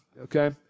okay